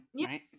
right